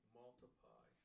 multiply